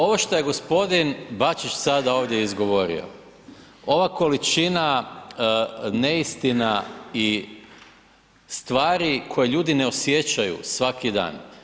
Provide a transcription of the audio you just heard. Ovo šta je g. Bačić sada ovdje izgovorio, ova količina neistina i stvari koje ljudi ne osjećaju svaki dan.